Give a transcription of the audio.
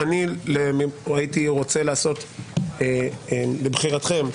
הייתי רוצה לעשות לבחירתכם,